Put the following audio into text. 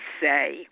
say